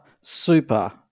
super